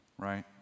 Right